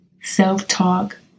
self-talk